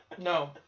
No